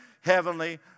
heavenly